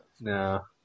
No